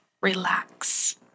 relax